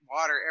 water